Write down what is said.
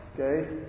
okay